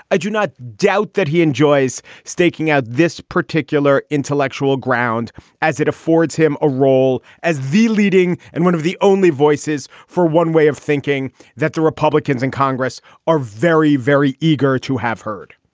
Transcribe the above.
i do not doubt that he enjoys staking out this particular intellectual ground as it affords him a role as the leading. and one of the only voices for one way of thinking that the republicans in congress are very, very eager to have heard.